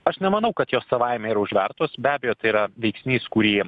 aš nemanau kad jos savaime yra užvertos be abejo tai yra veiksnys kurį